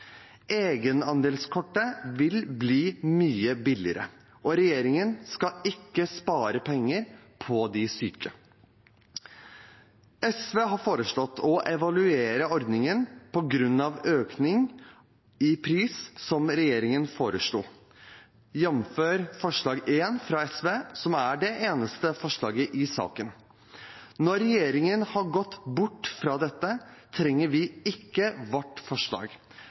Egenandelskortet vil bli mye billigere, og regjeringen skal ikke spare penger på de syke. SV har foreslått å evaluere ordningen på grunn av økningen i pris som regjeringen foreslo, jf. forslag nr. 1 fra SV, som er det eneste forslaget i saken. Når regjeringen har gått bort fra dette, trenger vi ikke vårt forslag.